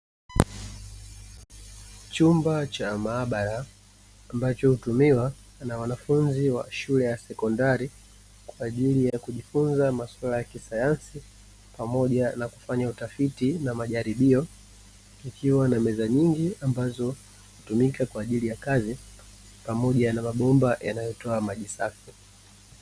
Chumba cha maabara ambacho hutumiwa na wanafunzi wa shule ya sekondari, kwa ajili ya kujifunza maswala ya kisayansi pamoja na kufanya tafiti na majaribio kukiwa na meza nyingi ambazo hutumika kwa ajili ya kazi pamoja na mabomba yanayotoa maji safi.